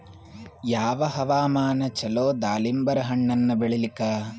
ಯಾವ ಹವಾಮಾನ ಚಲೋ ದಾಲಿಂಬರ ಹಣ್ಣನ್ನ ಬೆಳಿಲಿಕ?